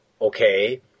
okay